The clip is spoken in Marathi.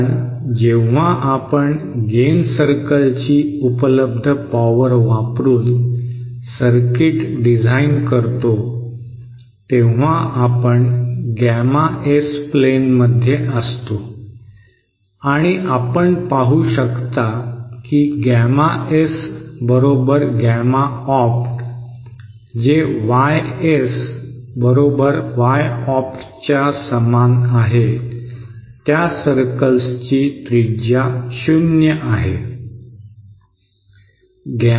कारण जेव्हा आपण गेन सर्कलची उपलब्ध पॉवर वापरून सर्किट डिझाईन करतो तेव्हा आपण गॅमा एस प्लेनमध्ये असतो आणि आपण पाहू शकता की गॅमा एस बरोबर गॅमा ऑप्ट जे YS बरोबर Y ऑप्टच्या समान आहे त्या सर्कल्सची त्रिज्या शून्य आहे